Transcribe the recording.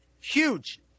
Huge